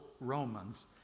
Romans